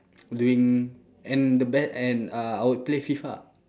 doing and the bet and uh I would play FIFA